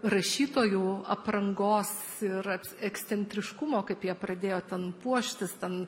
rašytojų aprangos ir ekscentriškumo kaip jie pradėjo ten puoštis ten